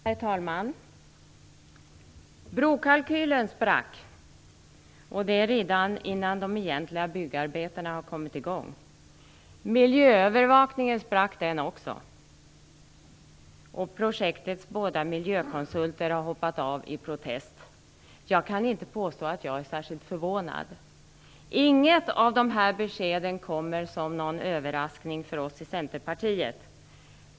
Herr talman! Brokalkylen sprack, och det innan de egentliga byggarbetena har kommit i gång. Miljöövervakningen sprack den också, och projektets båda miljökonsulter har i protest hoppat av. Jag kan inte påstå att jag är särskilt förvånad. Inget av dessa besked kommer som någon överraskning för oss i Centerpartiet.